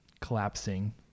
collapsing